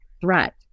threat